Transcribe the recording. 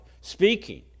speaking